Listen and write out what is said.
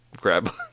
grab